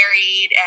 married